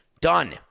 Done